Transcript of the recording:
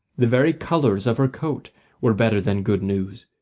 the very colours of her coat were better than good news.